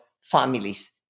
families